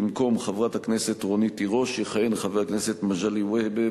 במקום חברת הכנסת רונית תירוש יכהן חבר הכנסת מגלי והבה,